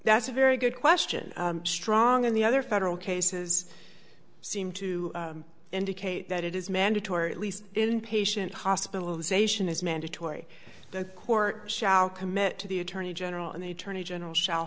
that's a very good question strong and the other federal cases seem to indicate that it is mandatory at least inpatient hospitalization is mandatory the court shall commit to the attorney general and the attorney general shall